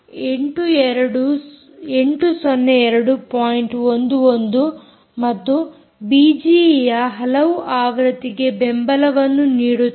11 ಮತ್ತು ಬಿಜಿಈಯ ಹಲವು ಆವೃತ್ತಿಗೆ ಬೆಂಬಲವನ್ನು ನೀಡುತ್ತದೆ